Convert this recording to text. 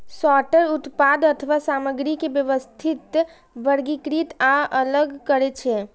sorter उत्पाद अथवा सामग्री के व्यवस्थित, वर्गीकृत आ अलग करै छै